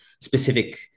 specific